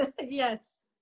Yes